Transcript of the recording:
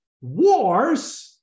wars